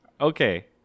okay